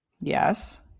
Yes